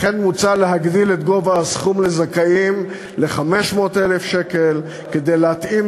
לכן מוצע להגדיל את הסכום לזכאים ל-500,000 שקל כדי להתאים,